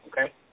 okay